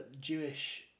Jewish